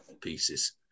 pieces